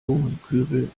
blumenkübel